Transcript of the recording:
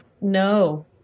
No